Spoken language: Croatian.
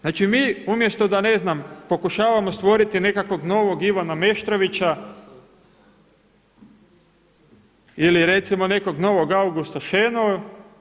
Znači mi umjesto da ne znam pokušavamo stvoriti nekakvog novog Ivana Meštrovića ili recimo nekog novog Augusta Šenou.